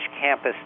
campus